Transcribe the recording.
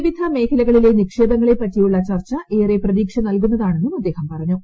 വിവിധ മേഖലകളിലെ നിക്ഷേപങ്ങളെപ്പറ്റിയുള്ള ഏറെ പ്രതീക്ഷ നൽകുന്നതാണെന്നും അദ്ദേഹം പറഞ്ഞു